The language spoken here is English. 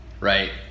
Right